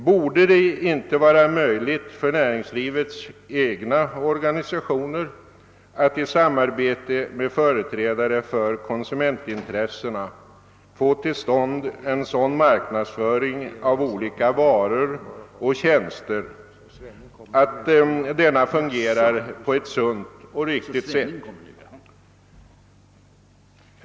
Borde det inte vara möjligt för näringslivets egna organisationer att i samarbete med företrädare för konsumentintressena få till stånd en sådan marknadsföring av olika varor och tjänster, att denna fungerar på ett sunt och riktigt sätt?